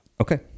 Okay